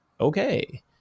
okay